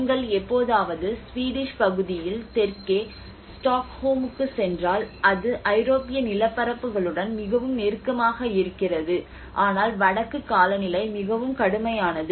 நீங்கள் எப்போதாவது ஸ்வீடிஷ் பகுதியில் தெற்கே ஸ்டாக்ஹோமுக்குச் சென்றால் அது ஐரோப்பிய நிலப்பரப்புகளுடன் மிகவும் நெருக்கமாக இருக்கிறது ஆனால் வடக்கு காலநிலை மிகவும் கடுமையானது